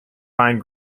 fine